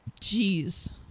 Jeez